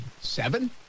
Seven